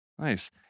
Nice